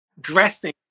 Dressing